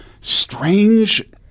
strange